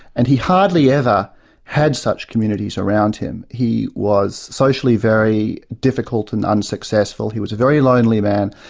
and he hardly ever had such communities around him. he was socially very difficult and unsuccessful, he was a very lonely man.